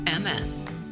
MS